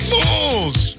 Fool's